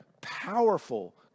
powerful